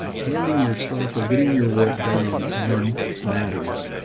handing your stuff, or getting your work done on time matters.